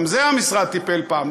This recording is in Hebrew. גם בזה המשרד טיפל פעם.